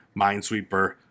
minesweeper